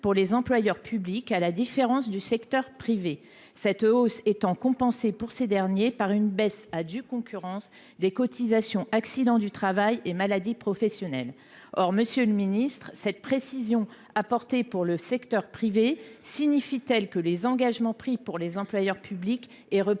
pour les employeurs publics, à la différence de ceux du secteur privé. Pour ces derniers, cette hausse est compensée par une baisse à due concurrence des cotisations accidents du travail et maladies professionnelles. Monsieur le ministre, cette précision apportée pour le secteur privé signifie t elle que les engagements pris envers les employeurs publics